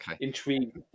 intrigued